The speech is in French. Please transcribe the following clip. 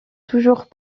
toujours